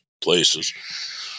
places